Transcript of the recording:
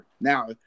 Now